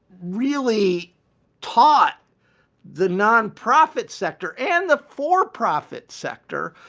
really taught the nonprofit sector and the for-profit sector.